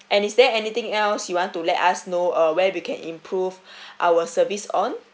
and is there anything else you want to let us know uh where we can improve our service on